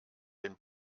den